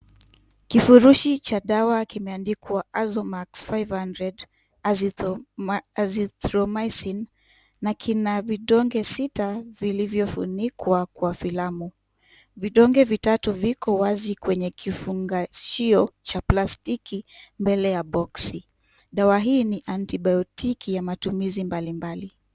Kifurushi cha dawa kimeandikwa Azomax 500 Azithromycin na kina vidonge sita vilivyofunikwa kwa filamu. Vidonge vitatu viko wazi kwenye kifungashio cha plastiki mbele ya boksi. Dawa hii ni antibiotic ya matumizi mbalimbali.